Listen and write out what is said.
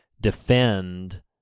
defend